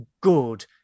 good